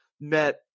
met